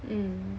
mm